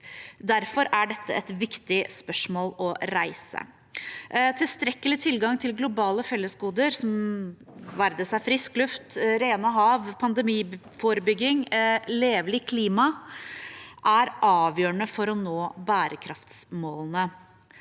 Derfor er dette et viktig spørsmål å reise. Tilstrekkelig tilgang til globale fellesgoder, det være seg frisk luft, rene hav, pandemiforebygging og levelig klima, er avgjørende for å nå bærekraftsmålene.